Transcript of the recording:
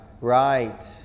right